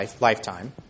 lifetime